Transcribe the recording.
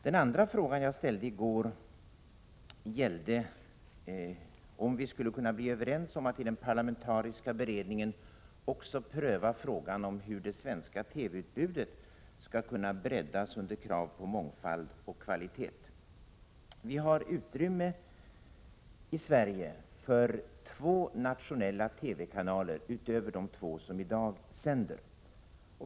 Den andra frågan jag ställde i går gällde om vi skulle kunna bli överens om att iden parlamentariska beredningen också pröva frågan om hur det svenska TV-utbudet skall kunna breddas under krav på mångfald och kvalitet. Vi har utrymme i Sverige för två nationella TV-kanaler utöver de två som i dag sänder.